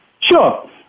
Sure